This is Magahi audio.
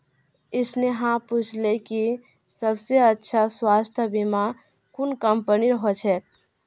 स्नेहा पूछले कि सबस अच्छा स्वास्थ्य बीमा कुन कंपनीर ह छेक